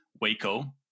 Waco